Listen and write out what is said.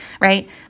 right